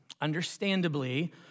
Understandably